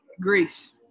Greece